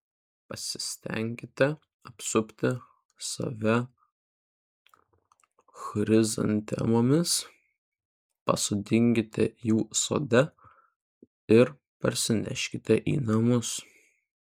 pasistenkite apsupti save chrizantemomis pasisodinkite jų sode ir parsineškite į namus